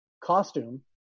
costume